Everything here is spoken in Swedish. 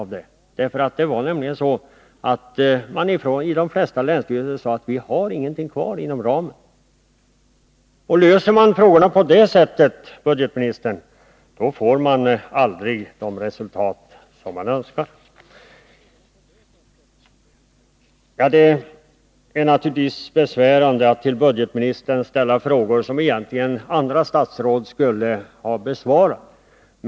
Vid de flesta länsstyrelserna sade man faktiskt att det inte längre fanns något att ta av inom ramen för anvisade medel. Löser man olika frågor på det sättet, herr budgetminister, når man aldrig de resultat som man önskar. Det är naturligtvis besvärande att till budgetministern ställa frågor som andra statsråd egentligen skulle ha besvarat.